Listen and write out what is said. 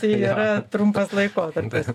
tai yra trumpas laikotarpis